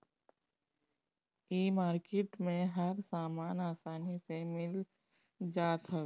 इ मार्किट में हर सामान आसानी से मिल जात हवे